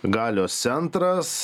galios centras